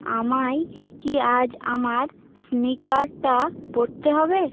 আমায় কি আজ আমার স্নিকারটা পরতে হবে